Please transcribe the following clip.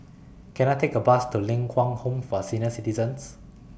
Can I Take A Bus to Ling Kwang Home For Senior Citizens